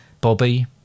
Bobby